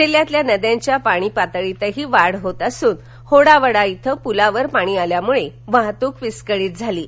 जिल्ह्यातील नद्यांच्या पाणीपातळीतही वाढ होत असून होडावडा इथं पूलावर पाणी आल्यामुळे वाहतूक विस्कळीत झाली आहे